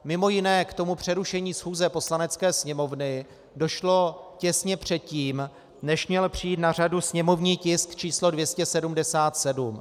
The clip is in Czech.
Mimo jiné k tomu přerušení schůze Poslanecké sněmovny došlo těsně předtím, než měl přijít na řadu sněmovní tisk číslo 277.